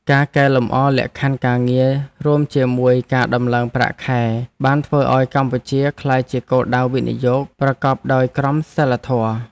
ការកែលម្អលក្ខខណ្ឌការងាររួមជាមួយការដំឡើងប្រាក់ខែបានធ្វើឱ្យកម្ពុជាក្លាយជាគោលដៅវិនិយោគប្រកបដោយក្រមសីលធម៌។